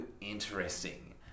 interesting